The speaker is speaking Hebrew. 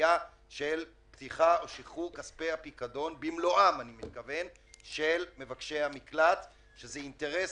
הבעיה של שחרור מלא של כספי הפיקדון של מבקשי המקלט שזה אינטרס,